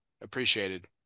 appreciated